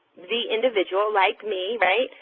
the individual like me, right,